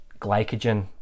glycogen